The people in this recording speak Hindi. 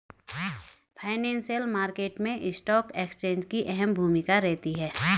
फाइनेंशियल मार्केट मैं स्टॉक एक्सचेंज की अहम भूमिका रहती है